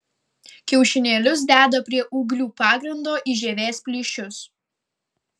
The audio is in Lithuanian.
kiaušinėlius deda prie ūglių pagrindo į žievės plyšius